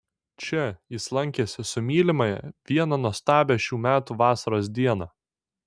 čia jis lankėsi su mylimąja vieną nuostabią šių metų vasaros dieną